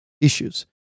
issues